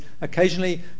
occasionally